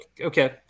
Okay